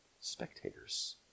spectators